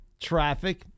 traffic